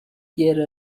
pierre